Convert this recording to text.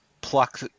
pluck